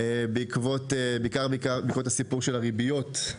בעיקר בעקבות הסיפור של הריביות.